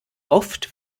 oft